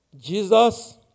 Jesus